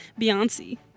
Beyonce